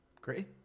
Great